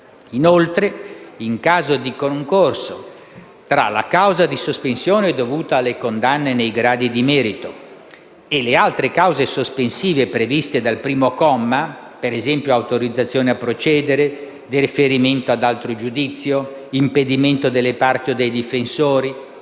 Inoltre, in caso di concorso tra la causa di sospensione dovuta alle condanne nei gradi di merito e le altre cause sospensive previste dal primo comma (per esempio, autorizzazione a procedere, deferimento ad altro giudizio, impedimento delle parti o dei difensori,